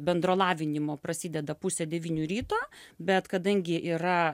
bendro lavinimo prasideda pusę devynių ryto bet kadangi yra